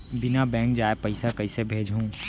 बिना बैंक जाए पइसा कइसे भेजहूँ?